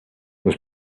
was